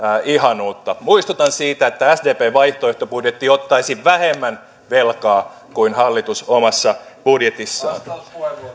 ihanuutta muistutan siitä että sdpn vaihtoehtobudjetti ottaisi vähemmän velkaa kuin hallitus omassa budjetissaan